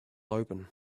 open